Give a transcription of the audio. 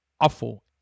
awful